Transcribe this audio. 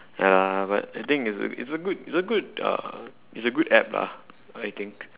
ya but the thing is it's a good it's a good(uh) it's a good app lah I think